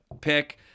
pick